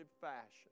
fashion